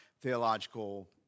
theological